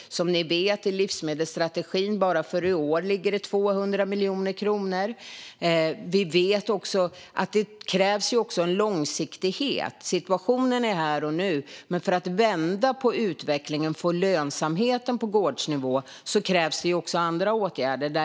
Som ni vet ligger det i livsmedelsstrategin bara för i år 200 miljoner kronor. Vi vet också att det krävs en långsiktighet. Situationen är här och nu, men för att vända på utvecklingen och få lönsamhet på gårdsnivå krävs det också andra åtgärder.